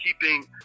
keeping